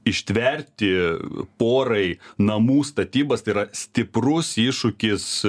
ištverti porai namų statybas tai yra stiprus iššūkis